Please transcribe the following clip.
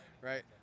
right